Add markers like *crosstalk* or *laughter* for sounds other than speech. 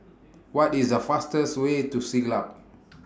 What IS The fastest Way to Siglap *noise*